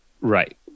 Right